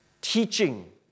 Teaching